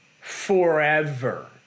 forever